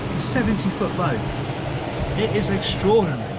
seventy foot boat, it is extraordinary,